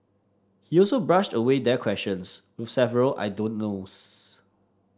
he also brushed away their questions with several I don't knows